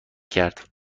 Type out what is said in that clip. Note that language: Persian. کرد